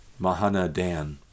Mahanadan